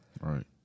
Right